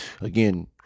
again